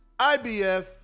ibf